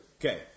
Okay